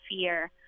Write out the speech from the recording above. fear